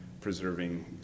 preserving